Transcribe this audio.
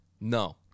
No